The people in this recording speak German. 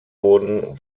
wurden